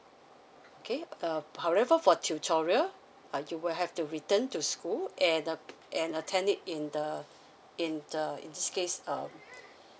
okay uh however for tutorial uh you will have to return to school and uh and attend it in the in the in this case um